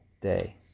day